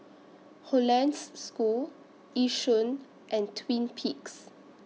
Hollandse School Yishun and Twin Peaks